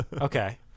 Okay